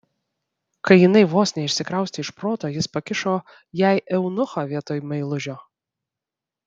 kai jinai vos neišsikraustė iš proto jis pakišo jai eunuchą vietoj meilužio